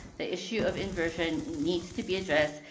the issue of inversion needs to be addressed,